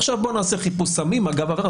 עכשיו בואו נעשה חיפוש סמים אגב עבירה.